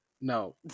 No